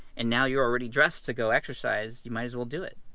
and now you're already dressed to go exercise, you might as well do it.